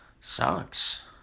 sucks